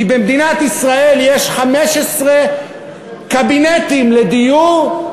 כי במדינת ישראל יש 15 קבינטים לדיור,